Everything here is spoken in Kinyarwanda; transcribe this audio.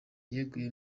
yaguye